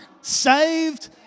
saved